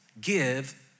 give